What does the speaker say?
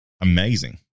amazing